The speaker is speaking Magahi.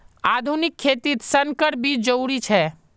आधुनिक खेतित संकर बीज जरुरी छे